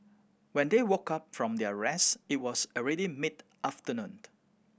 when they woke up from their rest it was already mid afternoon